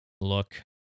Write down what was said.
look